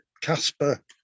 Casper